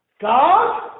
God